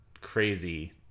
crazy